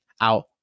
out